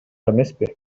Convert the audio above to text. эмеспи